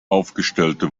aufgestellte